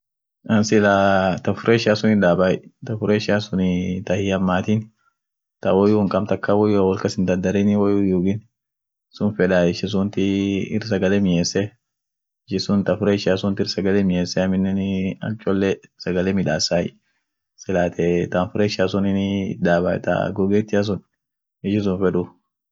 Chaii aina sadiit jira, chai aneniit jira, chai isturuungiat jira, iyo gahawaat jirai. ta aneniit suunt irmia, anen kabdi aminen diko hiulfaati, ishin tuunenii, ishin tuun guratia, amen hinkabdu suniif akchole hinmioon, gahawaanii hingubai, dumii chai aneniit irchole ishi sadeen sun,